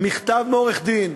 מכתב מעורך-דין,